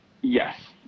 Yes